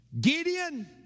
Gideon